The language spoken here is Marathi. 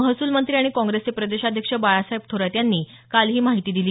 महसूल मंत्री आणि काँग्रेसचे प्रदेशाध्यक्ष बाळासाहेब थोरात यांनी काल ही माहिती दिली